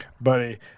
buddy